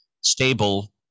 stable